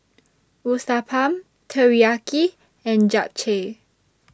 Uthapam Teriyaki and Japchae